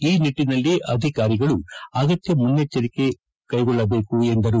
ಈ ನಿಟ್ಟನಲ್ಲಿ ಅಧಿಕಾರಿಗಳು ಅಗತ್ಯ ಮನ್ನೆಚ್ಚರಿಕೆ ಕೈಗೊಳ್ಳಬೇಕೆಂದರು